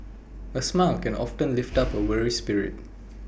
A smile can often lift up A weary spirit